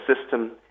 system